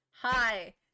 Hi